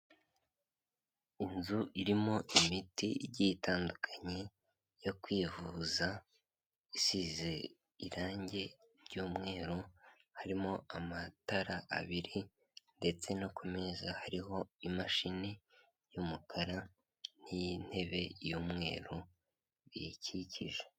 Inzu irimo imiti igiye itandukanye yo kwivuza isize irangi ry'umweru harimo amatara abiri ndetse no ku meza hariho imashini y'umukara n'iy'intebe y'umweru biyikikije.